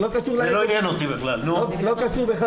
לא קשור לאגו.